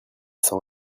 sans